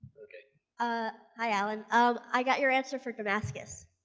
ah hi allen. um i got your answer for damascus.